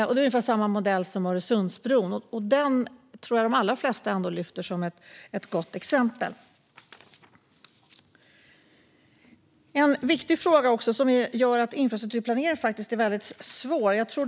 Det är ungefär samma modell som Öresundsbron, och den tror jag att de allra flesta ändå lyfter fram som ett gott exempel. Det finns en viktig fråga som gör att infrastrukturplanering faktiskt är väldigt svår, fru talman.